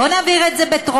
בואו נעביר את זה בטרומית,